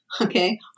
okay